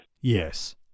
Yes